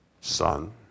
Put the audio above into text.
son